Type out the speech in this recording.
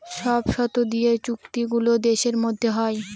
সব শর্ত দিয়ে চুক্তি গুলো দেশের মধ্যে হয়